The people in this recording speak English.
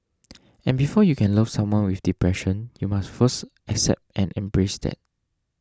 and before you can love someone with depression you must first accept and embrace that